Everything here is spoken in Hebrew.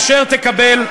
אשר תקבל,